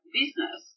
business